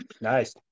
Nice